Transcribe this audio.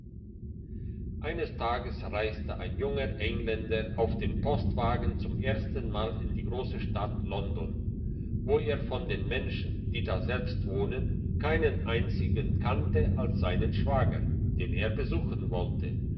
eines tages reiste ein junger engländer auf dem postwagen zum ersten mal in die grosse stadt london wo er von den menschen die daselbst wohnen keinen einzigen kannte als seinen schwager den er besuchen wollte